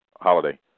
Holiday